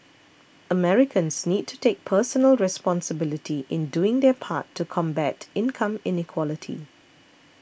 Americans need to take personal responsibility in doing their part to combat income inequality